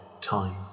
time